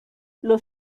los